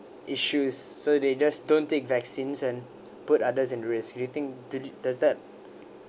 issues so they just don't take vaccines and put others injuries do you think does that